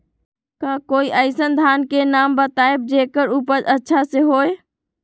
का कोई अइसन धान के नाम बताएब जेकर उपज अच्छा से होय?